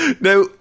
Now